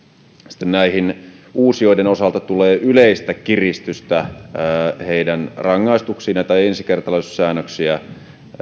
sitten uusijoiden osalta tulee yleistä kiristystä heidän rangaistuksiinsa ensikertalaisuussäännöksiä